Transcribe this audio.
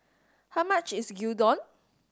how much is Gyudon